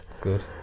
Good